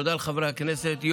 תודה לחברי הכנסת.